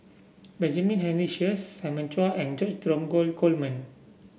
Benjamin Henry Sheares Simon Chua and George Dromgold Coleman